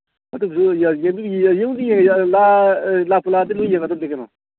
ꯑꯗꯨꯏꯁꯨ ꯌꯦꯡꯕꯨꯗꯤ ꯂꯥꯛꯄꯨ ꯂꯥꯛꯑꯗꯤ ꯂꯣꯏ ꯌꯦꯡꯉꯗꯝꯅꯤ ꯀꯩꯅꯣ